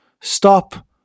Stop